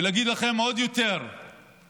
ולהגיד לכם מה עוד יותר מעצבן?